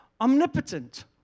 omnipotent